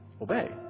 obey